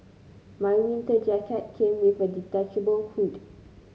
my winter jacket came with a detachable hood